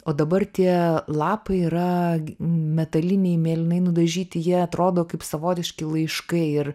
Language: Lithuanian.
o dabar tie lapai yra metaliniai mėlynai nudažyti jie atrodo kaip savotiški laiškai ir